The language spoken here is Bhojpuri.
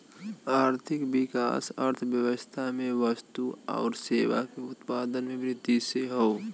आर्थिक विकास अर्थव्यवस्था में वस्तु आउर सेवा के उत्पादन में वृद्धि से हौ